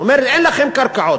אומרת: אין לכם קרקעות,